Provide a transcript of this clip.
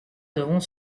devront